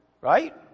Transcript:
right